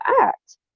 act